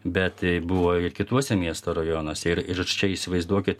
bet buvo ir kituose miesto rajonuose ir ir čia įsivaizduokit